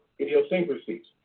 idiosyncrasies